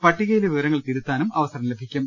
പട്ടികയിലെ വിവരങ്ങൾ തിരുത്താനും അവസരം ലഭിക്കും